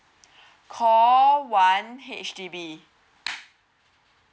call one H_D_B